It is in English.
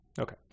Okay